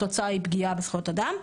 התוצאה היא פגיעה בזכויות אדם.